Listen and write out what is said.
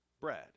Bread